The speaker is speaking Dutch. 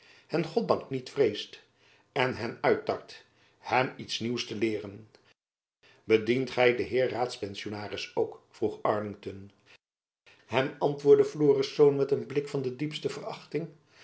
hen goddank niet vreest en hen uittart hem iets nieuws te leeren bedient gy den heer raadpensionaris ook vroeg arlington hem antwoordde florisz met een blik van de diepste verachting